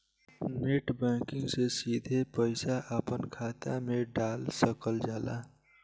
net banking से सिधे पईसा अपना खात मे डाल सकल जाता